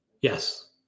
Yes